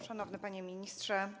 Szanowny Panie Ministrze!